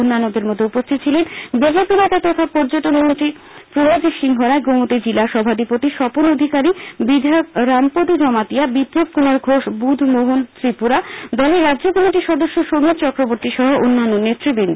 অন্যান্যদের মধ্যে উপস্থিত ছিলেন বিজেপি নেতা তখা পর্যটনমন্ত্রী প্রণজিৎ সিংহ রায় গোমতী জিলা সভাধিপতি স্বপন অধিকারী বিধায়ক রামপদ জমাতিয়া বিপ্লব কুমার ঘোষ বুধমোহন ত্রিপুরা দলের রাজ্য কমিটির সদস্য সমীর চক্রবর্তী সহ অন্যান্য নেত়বৃন্দ